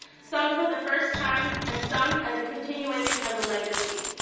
some for the first time and some as a continuation of a legacy.